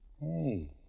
Hey